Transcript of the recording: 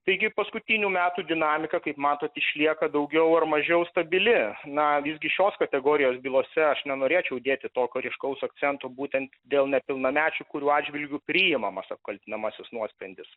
taigi paskutinių metų dinamika kaip matot išlieka daugiau ar mažiau stabili na visgi šios kategorijos bylose aš nenorėčiau dėti tokio ryškaus akcento būtent dėl nepilnamečių kurių atžvilgiu priimamas apkaltinamasis nuosprendis